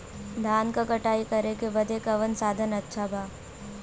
धान क कटाई करे बदे कवन साधन अच्छा बा?